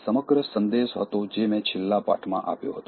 આ સમગ્ર સંદેશ હતો જે મેં છેલ્લા પાઠમાં આપ્યો હતો